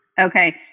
Okay